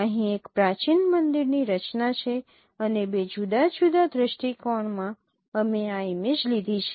અહીં એક પ્રાચીન મંદિરની રચના છે અને બે જુદા જુદા દૃષ્ટિકોણમાં અમે આ ઇમેજ લીધી છે